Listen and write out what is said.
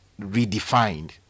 redefined